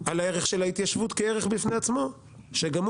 על הערך של ההתיישבות כערך בפני עצמו שגם הוא